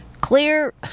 clear